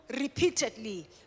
repeatedly